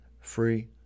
free